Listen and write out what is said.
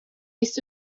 east